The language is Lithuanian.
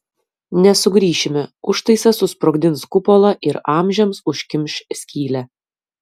nesugrįšime užtaisas susprogdins kupolą ir amžiams užkimš skylę